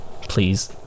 please